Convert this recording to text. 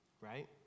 right